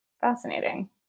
fascinating